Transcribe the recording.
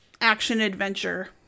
action-adventure